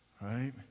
Right